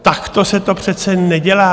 Takto se to přece nedělá.